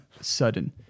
sudden